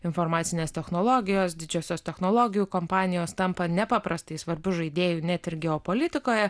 informacinės technologijos didžiosios technologijų kompanijos tampa nepaprastai svarbiu žaidėju net ir geopolitikoje